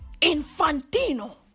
Infantino